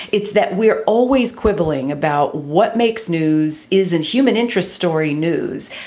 it's that we're always quibbling about what makes news is and human interest story, news.